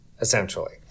essentially